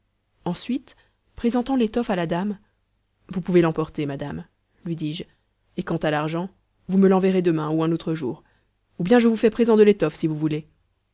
ensuite présentant l'étoffe à la dame vous pouvez l'emporter madame lui dis-je et quant à l'argent vous me l'enverrez demain ou un autre jour ou bien je vous fais présent de l'étoffe si vous voulez